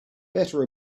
better